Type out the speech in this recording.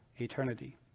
eternity